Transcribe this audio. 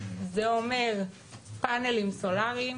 זה אומר פנלים סולאריים,